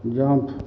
jump